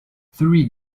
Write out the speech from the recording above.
three